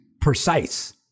precise